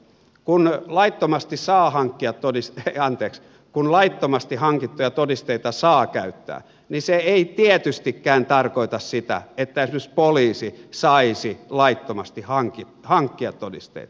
kun laittomasti saa hankkia todiste anteeks kun laittomasti hankittuja todisteita saa käyttää niin se ei tietystikään tarkoita sitä että esimerkiksi poliisi saisi laittomasti hankkia todisteita